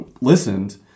listened